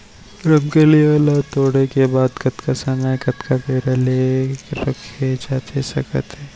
रमकेरिया ला तोड़े के बाद कतका समय कतका बेरा ले रखे जाथे सकत हे?